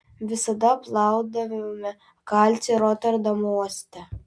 visada plaudavome kalcį roterdamo uoste